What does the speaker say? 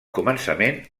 començament